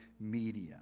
media